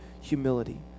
humility